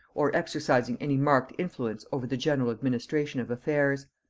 or exercising any marked influence over the general administration of affairs.